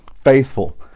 faithful